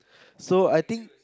so I think